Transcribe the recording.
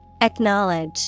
Acknowledge